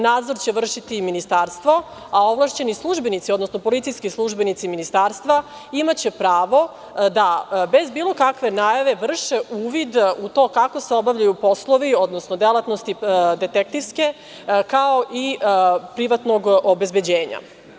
Nadzor će vršiti ministarstvo, a ovlašćeni službenici, odnosno policijski službenici ministarstva imaće pravo da bez bilo kakve najave vrše uvid u to kako se obavljaju poslovi, odnosno detektivske delatnosti, kao i privatnog obezbeđenja.